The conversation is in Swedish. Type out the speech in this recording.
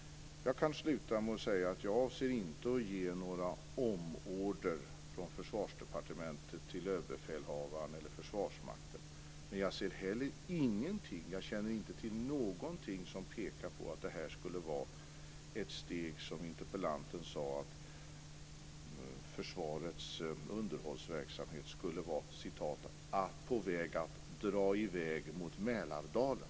Jag kan sluta med att säga att jag inte avser att ge några omorder från Försvarsdepartementet till Överbefälhavaren eller Försvarsmakten. Men jag känner inte till någonting som pekar på att det här skulle vara ett steg, som interpellanten sade, på vägen där försvarets underhållsverksamhet "drar mot Mälardalen".